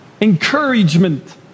encouragement